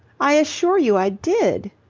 i assure you i did.